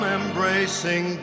embracing